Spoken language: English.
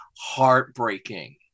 heartbreaking